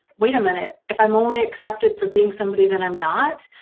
wait a minute if i'm only accepted for being somebody that i'm not,